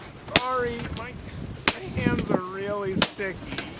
sorry, my hands are really sticky.